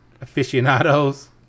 Aficionados